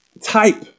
type